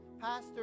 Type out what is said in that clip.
Pastor